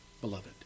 beloved